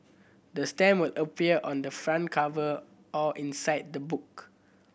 the stamp will appear on the front cover or inside the book